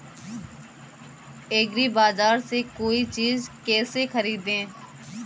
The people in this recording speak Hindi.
एग्रीबाजार से कोई चीज केसे खरीदें?